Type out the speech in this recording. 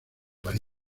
para